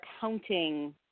counting